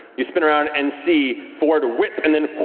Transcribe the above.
you spin around and see fjord whip and then